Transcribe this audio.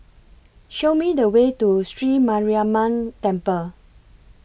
Show Me The Way to Sri Mariamman Temple